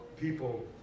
People